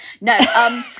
no